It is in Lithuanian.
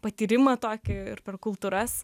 patyrimą tokį ir per kultūras